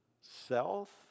self